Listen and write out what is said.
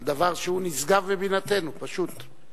זה דבר שהוא נשגב מבינתנו, פשוט.